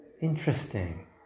Interesting